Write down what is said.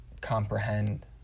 comprehend